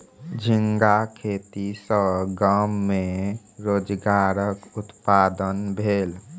झींगा खेती सॅ गाम में रोजगारक उत्पादन भेल